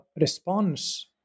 response